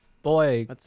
Boy